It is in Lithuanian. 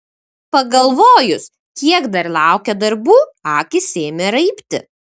pagalvojus kiek dar laukia darbų akys ėmė raibti